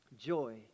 joy